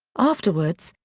afterwards,